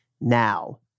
now